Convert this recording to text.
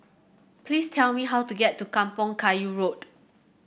please tell me how to get to Kampong Kayu Road